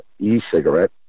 e-cigarette